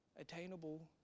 attainable